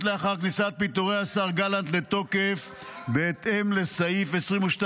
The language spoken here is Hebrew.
לאחר כניסת פיטורי השר גלנט לתוקף בהתאם לסעיף 22 לחוק-יסוד: